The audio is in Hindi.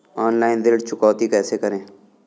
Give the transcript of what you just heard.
ऑनलाइन ऋण चुकौती कैसे करें?